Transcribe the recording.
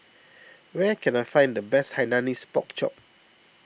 where can I find the best Hainanese Pork Chop